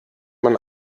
man